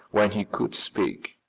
when he could speak.